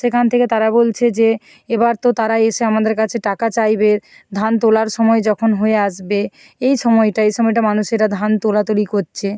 সেখান থেকে তারা বলছে যে এবার তো তারা এসে আমাদের কাছে টাকা চাইবে ধান তোলার সময় যখন হয়ে আসবে এই সময়টা এই সময়টা মানুষেরা ধান তোলা তুলি করছে